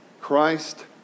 Christ